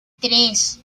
tres